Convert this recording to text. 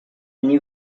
new